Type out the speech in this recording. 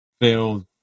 feel